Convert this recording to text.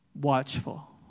watchful